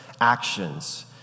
actions